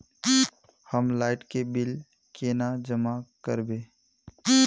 हम लाइट के बिल केना जमा करबे?